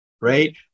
right